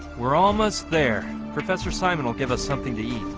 we're almost there professor simon will give us something to eat